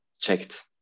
checked